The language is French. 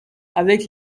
avec